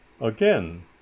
again